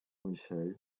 michel